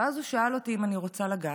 ואז הוא שאל אותי אם אני רוצה לגעת.